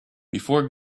before